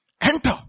enter